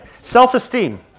self-esteem